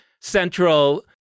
central